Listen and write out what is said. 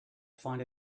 find